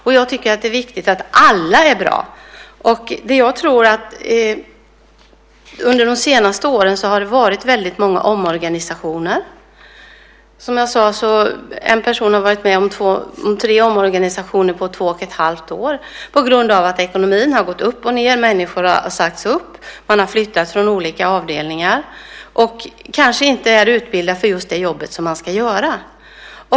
Och jag tycker att det är viktigt att alla är bra. Under de senaste åren har det varit väldigt många omorganisationer. Som jag sade har en person varit med om tre omorganisationer på två och ett halvt år på grund av att ekonomin har gått upp och ned. Människor har sagts upp. Man har flyttats från olika avdelningar och kanske inte är utbildad för just det jobb man ska göra.